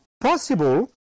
Possible